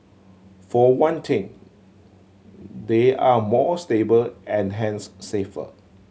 for one thing they are more stable and hence safer